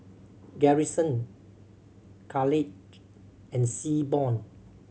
Garrison Caleigh and Seaborn